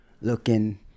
looking